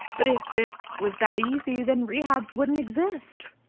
but if it was that easy, then rehabs wouldn't exist.